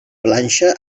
planxa